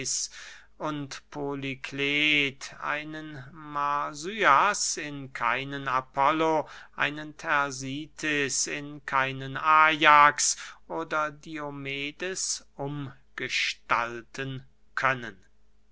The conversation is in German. und polyklet einen marsyas in keinen apollo einen thersites in keinen ajax oder diomedes umgestalten können